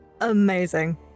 Amazing